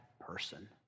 person